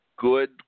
Good